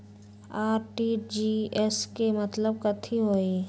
RTGS के मतलब कथी होइ?